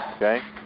Okay